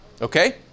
Okay